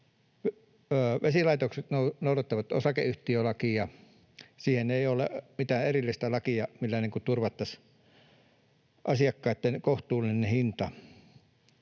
Vesilaitokset noudattavat osakeyhtiölakia — ei ole mitään erillistä lakia, millä turvattaisiin asiakkaitten kohtuullinen hinta.